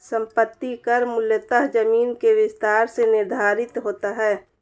संपत्ति कर मूलतः जमीन के विस्तार से निर्धारित होता है